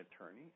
attorney